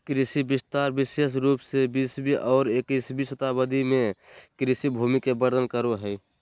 कृषि विस्तार विशेष रूप से बीसवीं और इक्कीसवीं शताब्दी में कृषि भूमि के वर्णन करो हइ